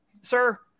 sir